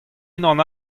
unan